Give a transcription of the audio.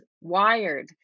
wired